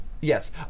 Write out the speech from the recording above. Yes